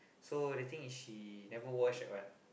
so the thing is she never wash that one